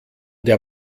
der